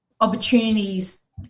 opportunities